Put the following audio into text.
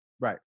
Right